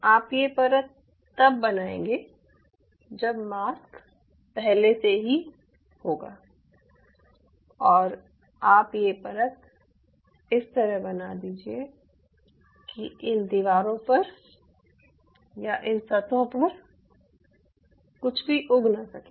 आप ये परत तब बनाएंगे जब मास्क पहले से ही होगा और आप ये परत इस तरह बना दीजिये कि इन दीवारों पर या इन सतहों पर कुछ भी उग ना सके